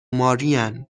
مارین